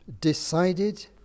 decided